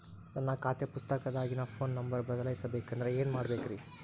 ನನ್ನ ಖಾತೆ ಪುಸ್ತಕದಾಗಿನ ಫೋನ್ ನಂಬರ್ ಬದಲಾಯಿಸ ಬೇಕಂದ್ರ ಏನ್ ಮಾಡ ಬೇಕ್ರಿ?